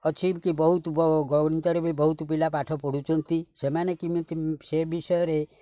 ଅଛି କି ବହୁତ ଗଣିତରେ ବି ବହୁତ ପିଲା ପାଠ ପଢ଼ୁଛନ୍ତି ସେମାନେ କେମିତି ସେ ବିଷୟରେ